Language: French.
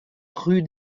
rue